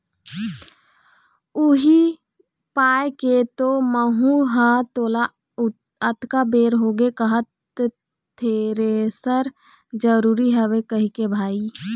उही पाय के तो महूँ ह तोला अतका बेर होगे कहत थेरेसर जरुरी हवय कहिके भाई